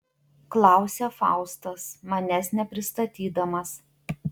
klausia faustas manęs nepristatydamas